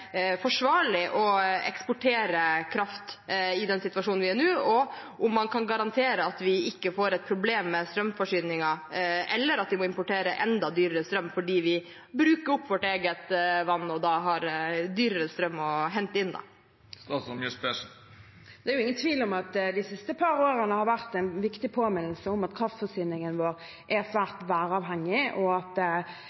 forsvarlig å eksportere kraft i den situasjonen vi er i nå, og om man kan garantere at vi ikke får et problem med strømforsyningen, og at vi må importere enda dyrere strøm fordi vi bruker opp vårt eget vann, og da har dyrere strøm å hente inn. Det er ingen tvil om at de siste par årene har vært en viktig påminnelse om at kraftforsyningen vår er